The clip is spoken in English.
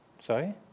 Sorry